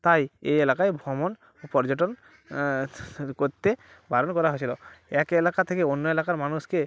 তাই এই এলাকায় ভ্রমণ পর্যটন করতে বারণ করা হয়েছিল এক এলাকা থেকে অন্য এলাকার মানুষকে